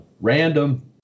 Random